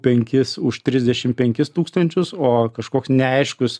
penkis už trisdešim penkis tūkstančius o kažkoks neaiškus